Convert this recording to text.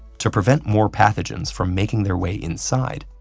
to prevent more pathogens from making their way inside,